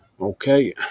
Okay